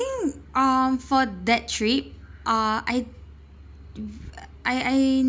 think um for that trip uh I I I